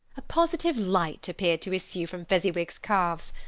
a positive light appeared to issue from fezziwig's calves.